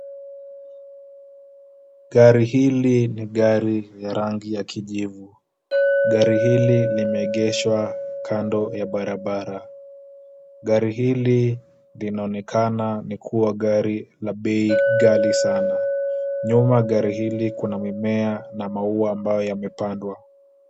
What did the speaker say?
Gari hili ni gari la rangi ya kijivu. Gari hili limeeegeshwa kando ya barabara. Gari hili linaonekana ni kuwa gari la bei ghali sana. Nyuma ya gari hili kuna mimea na maua ambayo yamepandwa.